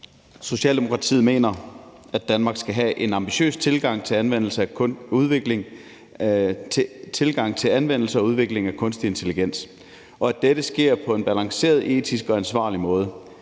Socialdemokratiet mener, at Danmark skal have en ambitiøs tilgang til anvendelse og udvikling af kunstig intelligens, og at dette skal ske på en balanceret, etisk og ansvarlig måde.